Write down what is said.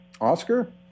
Oscar